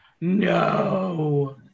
No